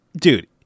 dude